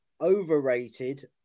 overrated